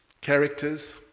characters